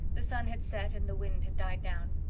the sun had set and the wind had died down.